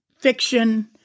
fiction